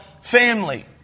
family